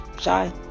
shy